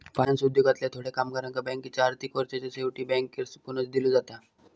finance उद्योगातल्या थोड्या कामगारांका बँकेच्या आर्थिक वर्षाच्या शेवटी बँकर्स बोनस दिलो जाता